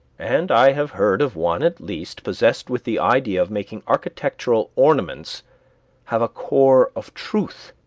and i have heard of one at least possessed with the idea of making architectural ornaments have a core of truth,